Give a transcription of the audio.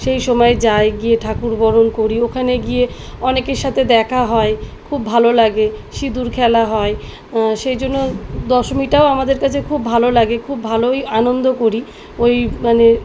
সেই সময় যাই গিয়ে ঠাকুর বরণ করি ওখানে গিয়ে অনেকের সাথে দেখা হয় খুব ভালো লাগে সিঁদুর খেলা হয় সেই জন্য দশমীটাও আমাদের কাছে খুব ভালো লাগে খুব ভালোই আনন্দ করি ওই মানে